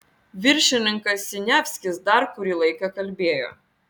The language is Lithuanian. viršininkas siniavskis dar kurį laiką kalbėjo